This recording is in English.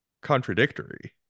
contradictory